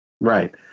Right